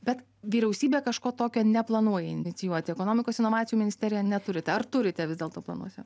bet vyriausybė kažko tokio neplanuoja inicijuoti ekonomikos inovacijų ministerija neturi ar turite vis dėlto planuose